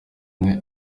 umwe